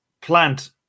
plant